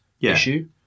issue